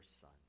son